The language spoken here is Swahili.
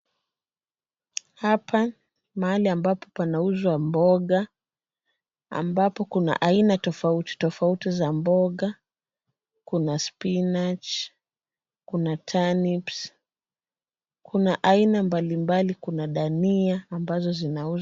Hapa mahali ambapo panauzwa mboga ambapo kuna aina tofauti tofauti za mboga. Kuna spinach , kuna turnips , kuna aina mbalimbali, kuna dania ambazo zinauzwa.